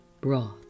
broth